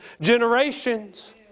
generations